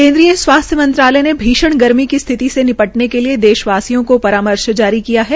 केन्द्रीय स्वास्थ्य मंत्रालय ने भीषण गर्मी की स्थिति से निपटने के लिये देशवासियों को परामर्श जारी किया है